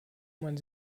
man